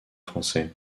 français